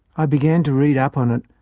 i began to read up on it,